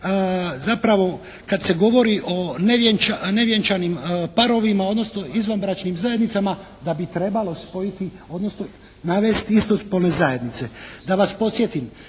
zapravo kad se govori o nevjenčanim parovima, odnosno izvanbračnim zajednicama da bi trebalo spojiti, odnosno navesti istospolne zajednice. Da vas podsjetim,